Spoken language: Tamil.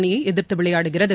அணியை எதிர்த்து விளையாடுகிறது